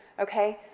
okay?